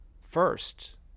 first